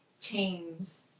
teams